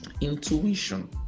Intuition